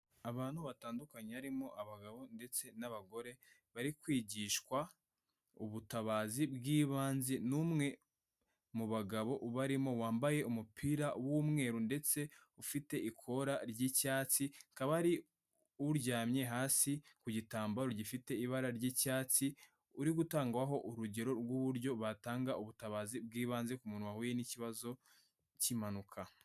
Abantu batandukanye barimo abagabo ndetse n'abagore bari kwigishwa ubutabazi bw'ibanze n'umwe mu bagabo ubarimo wambaye umupira w'umweru ndetse ufite ikora ry'icyatsi akaba ari uryamye hasi ku gitambaro gifite ibara ry'icyatsi uri gutangwaho urugero rw'uburyo batanga ubutabazi bw'ibanze ku muntu wahuye n'ikibazo cy’impanuka.